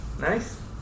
Nice